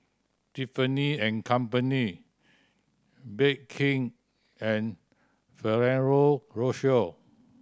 Tiffany and Company Bake King and Ferrero Rocher